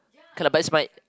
okay lah but is my